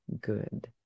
good